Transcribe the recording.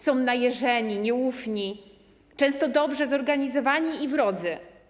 Są najeżeni, nieufni, często dobrze zorganizowani i wrodzy.